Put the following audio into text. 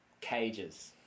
cages